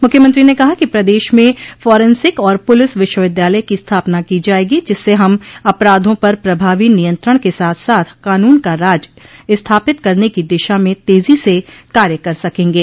मुख्यमंत्री ने कहा कि प्रदेश में फोरेसिंक और पुलिस विश्वविद्यालय की स्थापना की जायेगी जिससे हम अपराधों पर प्रभावी नियंत्रण के साथ साथ कानून का राज स्थापित करने की दिशा में तेजी से कार्य कर सकेंगे